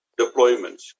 deployments